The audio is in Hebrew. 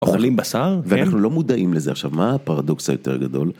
אוכלים בשר ואנחנו לא מודעים לזה עכשיו מה הפרדוקס היותר גדול?